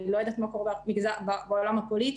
אני לא יודעת מה קורה בעולם הפוליטי.